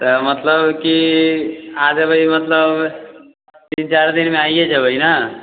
तऽ मतलब की आ जेबै मतलब तीन चार दिनमे आइए जेबै ने